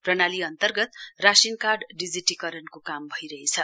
प्रणाली अन्तर्गत ration card डिजिटकरण काम भइरहेछ